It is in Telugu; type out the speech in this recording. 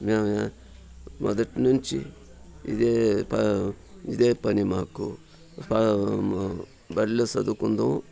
మేము మొదటి నుంచి ఇదే ప ఇదే పని మాకు బళ్ళో చదువుకుందుము